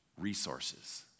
Resources